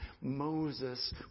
Moses